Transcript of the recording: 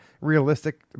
realistic